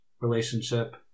relationship